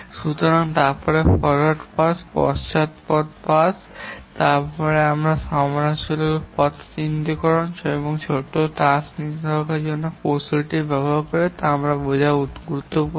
সুতরাং তবে তারপরে ফরওয়ার্ড পাস পশ্চাদপদ পাস এবং তারপরে সমালোচনামূলক পথ চিহ্নিতকরণ এবং ছোট টাস্ক নেটওয়ার্কের জন্য তারা যে কৌশলটি ব্যবহার করে তা বোঝা গুরুত্বপূর্ণ